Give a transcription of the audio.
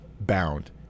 bound